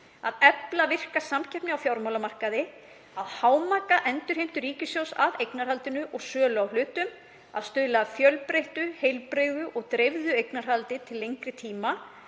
efla virka samkeppni á fjármálamarkaði, að hámarka endurheimtur ríkissjóðs af eignarhaldinu og sölu á hlutum, stuðla að fjölbreyttu, heilbrigðu og dreifðu eignarhaldi til lengri tíma,